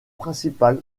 principal